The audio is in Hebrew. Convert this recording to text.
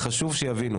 כי חשוב שיבינו.